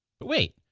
but wait!